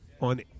on